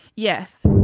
yes